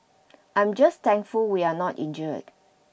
I'm just thankful we are not injured